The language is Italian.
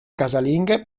casalinghe